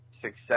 success